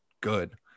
good